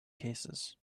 cases